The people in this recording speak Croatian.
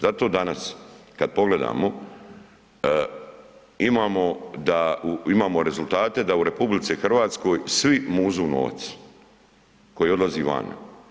Zato danas kad pogledamo imamo da, imamo rezultate da u RH svi muzu novac koji odlazi vani.